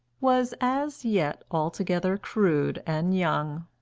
was as yet altogether crude and young.